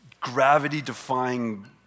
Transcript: gravity-defying